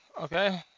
Okay